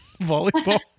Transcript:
volleyball